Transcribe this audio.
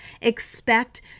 Expect